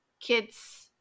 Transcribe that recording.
kids